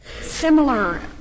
similar